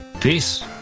Peace